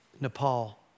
Nepal